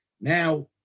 Now